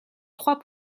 trois